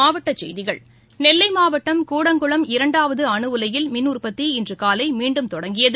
மாவட்ட செய்திகள் நெல்லை மாவட்டம் கூடங்குளம் இரண்டாவது அனு உலையில் மின் உற்பத்தி இன்று காலை மீண்டும் தொடங்கியது